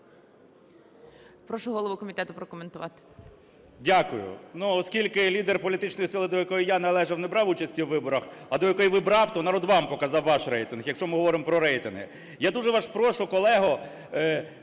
Прошу голову комітету прокоментувати. 11:18:13 КНЯЖИЦЬКИЙ М.Л. Дякую. Ну, оскільки лідер політичної сили, до якої я належу, не брав участі у виборах, а якої – ви – брав, то народ вам показав ваш рейтинг, якщо ми говоримо про рейтинги. Я дуже вас прошу, колего,